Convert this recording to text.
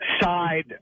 side